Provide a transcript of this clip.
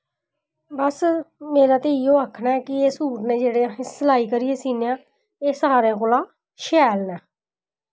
बस मेरा ते इ'यो आखना ऐ कि एह् सूट न जेह्ड़े सलाई करियै सीन्ने आं एह् सारें कोला शैल न